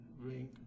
Ring